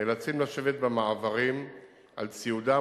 נאלצים לשבת במעברים על ציודם,